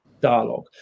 dialogue